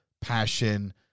passion